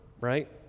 right